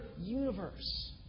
universe